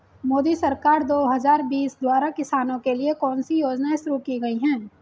मोदी सरकार दो हज़ार बीस द्वारा किसानों के लिए कौन सी योजनाएं शुरू की गई हैं?